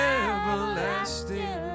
everlasting